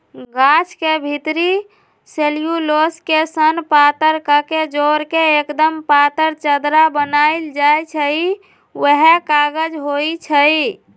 गाछ के भितरी सेल्यूलोस के सन पातर कके जोर के एक्दम पातर चदरा बनाएल जाइ छइ उहे कागज होइ छइ